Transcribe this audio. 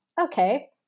Okay